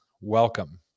welcome